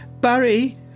Barry